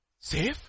safe